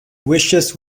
wishes